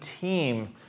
team